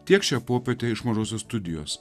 tiek šią popietę iš mažosios studijos